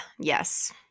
yes